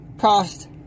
cost